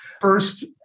First